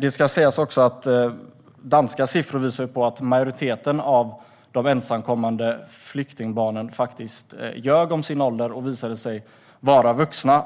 Det ska dock sägas att danska siffror visar på att majoriteten av de ensamkommande flyktingbarnen faktiskt ljög om sin ålder och visade sig vara vuxna.